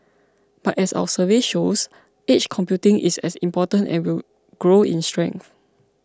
but as our survey shows edge computing is as important and will grow in strength